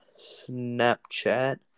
Snapchat